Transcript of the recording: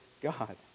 God